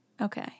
Okay